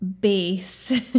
base